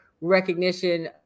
recognition